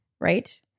Right